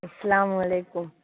السلام علیکم